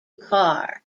car